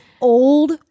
old